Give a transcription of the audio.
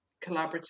collaborative